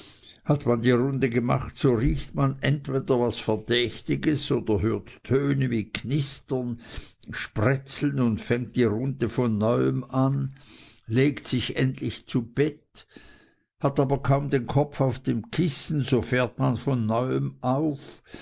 hat man die runde gemacht so riecht man entweder was verdächtiges oder hört töne wie knistern spretzeln und fängt die runde von neuem an legt sich endlich zu bette hat aber kaum den kopf auf dem kissen so fährt man von neuem auf